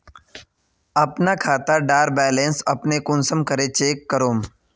अपना खाता डार बैलेंस अपने कुंसम करे चेक करूम?